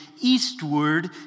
eastward